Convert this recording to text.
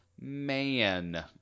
man